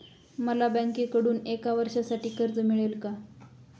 मला बँकेकडून एका वर्षासाठी कर्ज मिळेल का?